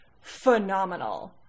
phenomenal